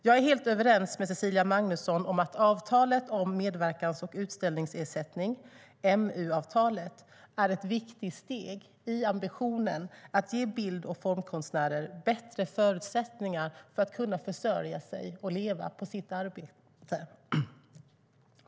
Jag är helt överens med Cecilia Magnusson om att avtalet om medverkans och utställningsersättning, MU-avtalet, är ett viktigt steg i ambitionen att ge bild och formkonstnärer bättre förutsättningar för att kunna försörja sig på sitt arbete.